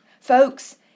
Folks